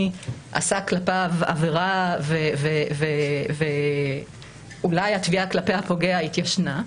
עשה כלפיו עבירה ואולי התביעה כלפי התובע התיישנה.